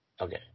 Okay